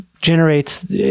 generates